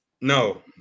No